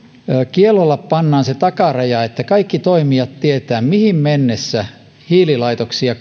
kiellolla pannaan se takaraja että kaikki toimijat tietävät mihin mennessä hiililaitoksia